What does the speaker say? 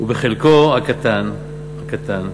ובחלקו הקטן, הקטן,